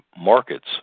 markets